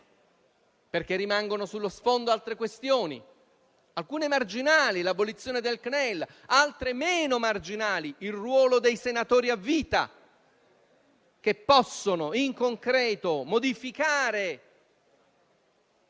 perché rimangono sullo sfondo altre questioni (alcune marginali, come l'abolizione del CNEL; altre meno, come il ruolo dei senatori a vita, che possono in concreto modificare